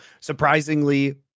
surprisingly